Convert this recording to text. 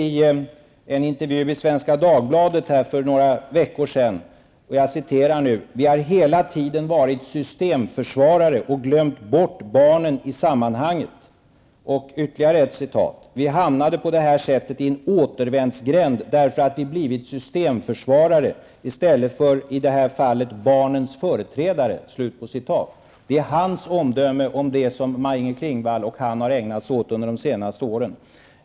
I en intervju i Svenska Dagbladet för några veckor sedan sade Bo Toresson: ''Vi har hela tiden varit systemförsvarare och glömt bort barnen i sammanhanget.'' Vidare: ''Vi hamnade på det här sättet i en återvändsgränd, därför att vi blivit systemförsvarare i stället för i det här fallet barnens företrädare.'' Det är Bo Toressons omdöme om det som Maj-Inger Klingvall och han har ägnat sig åt under de senaste åren.